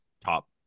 top